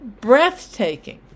breathtaking